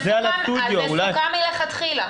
אבל הסטודיו --- זה סוכם מלכתחילה.